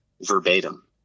verbatim